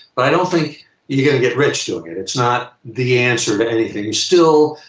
but i don't think you're gonna get rich doing it. it's not the answer to anything. you still.